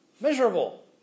miserable